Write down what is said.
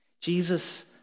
Jesus